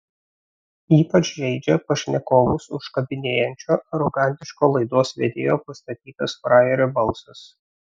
ypač žeidžia pašnekovus užkabinėjančio arogantiško laidos vedėjo pastatytas frajerio balsas